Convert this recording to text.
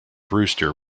brewster